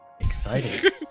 exciting